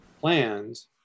plans